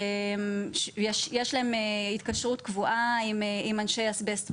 יש להם התקשרות קבועה עם אנשי אסבסט מורשים,